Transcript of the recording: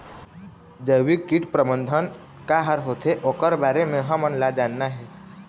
जैविक कीट प्रबंधन का हर होथे ओकर बारे मे हमन ला जानना हे?